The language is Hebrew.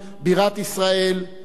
ולמשכן הכנסת,